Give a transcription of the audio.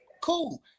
cool